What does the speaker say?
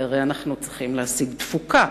כי הרי אנחנו צריכים להשיג תפוקה.